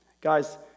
Guys